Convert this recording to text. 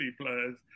players